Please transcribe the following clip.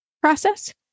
process